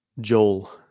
Joel